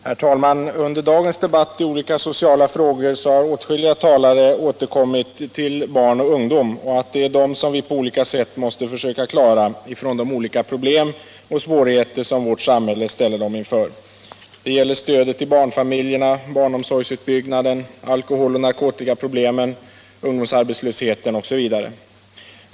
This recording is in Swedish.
Herr talman! Under dagens debatt i olika sociala frågor har åtskilliga talare återkommit till frågan om barn och ungdom och då framhållit att det är dem som vi på olika sätt måste försöka klara från de problem och svårigheter som vårt samhälle ställer dem inför. Det gäller stödet till barnfamiljerna, barnomsorgsutbyggnaden, alkoholoch narkotikaproblemen, ungdomsarbetslösheten osv.